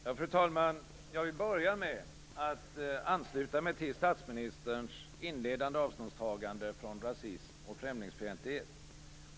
Fru talman! Jag vill börja med att ansluta mig till statsministerns inledande avståndstagande från rasism och främlingsfientlighet.